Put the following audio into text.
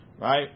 Right